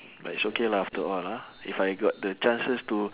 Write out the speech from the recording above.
but it's okay lah after a while ah if I got the chances to